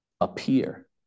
appear